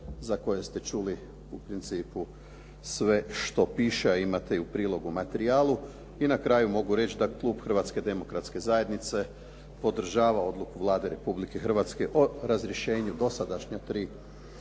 za koje ste čuli u principu sve što piše, a imate i u prilogu u materijalu. I na kraju mogu reći da klub Hrvatske demokratske zajednice podržava odluku Vlade Republike Hrvatske o razrješenju dosadašnja tri